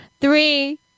Three